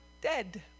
dead